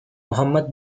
muhammad